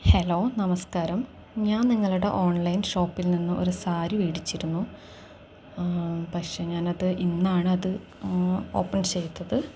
hello നമസ്കാരം ഞാൻ നിങ്ങളുടെ ഓൺലൈൻ ഷോപ്പിൽ നിന്ന് ഒരു സാരി വാങ്ങിയിരുന്നു പക്ഷെ ഞാനത് ഇന്നാണത് ഓപ്പൺ ചെയ്തത്